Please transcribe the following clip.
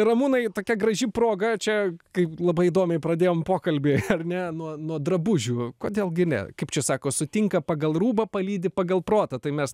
ramūnai tokia graži proga čia kaip labai įdomiai pradėjom pokalbį ar ne nuo nuo drabužių kodėl gi ne kaip čia sako sutinka pagal rūbą palydi pagal protą tai mes